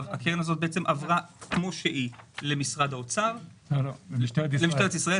-- הקרן הזאת עברה כמו שהיא למשטרת ישראל,